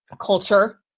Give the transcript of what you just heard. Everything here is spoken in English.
culture